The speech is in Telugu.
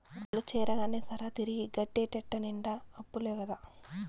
అందుల చేరగానే సరా, తిరిగి గట్టేటెట్ట నిండా అప్పులే కదా